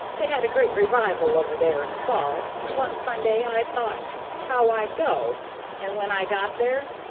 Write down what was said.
they had a great revival over there in the fall, and one sunday i thought's how i'd go and when i got there,